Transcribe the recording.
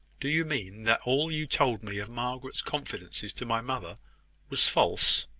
do you mean that all you told me of margaret's confidences to my mother was false?